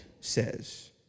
says